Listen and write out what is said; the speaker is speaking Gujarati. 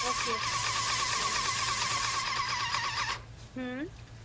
okay hmm